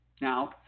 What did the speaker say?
Now